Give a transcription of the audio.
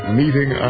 meeting